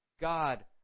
God